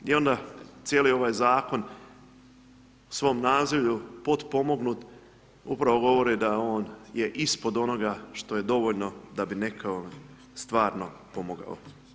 I onda cijeli ovaj zakon u svom nazivlju potpomognut upravo govori da on je ispod onoga što je dovoljno da bi nekom stvarno pomogao.